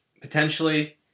potentially